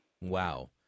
wow